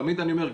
תמיד אני אומר,